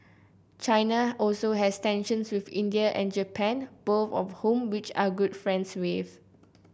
China also has tensions with India and Japan both of whom which are good friends with